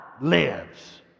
lives